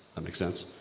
um make sense?